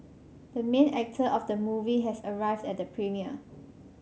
the main actor of the movie has arrived at the premiere